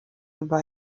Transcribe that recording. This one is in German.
über